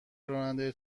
راننده